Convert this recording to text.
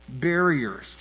barriers